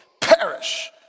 perish